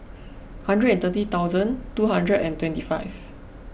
hundred and thirty thousand two hundred and twenty five